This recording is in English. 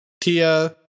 Tia